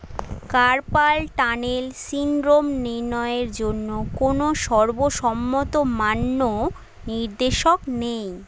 carpal tunnel syndrome নির্ণয়ের জন্য কোনও সর্বসম্মত মান্য নির্দেশক নেই